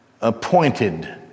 appointed